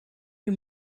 you